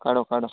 କାଢ଼ କାଢ଼